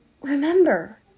remember